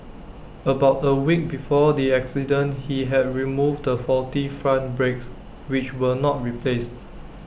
about A week before the accident he had removed the faulty front brakes which were not replaced